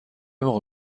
موقع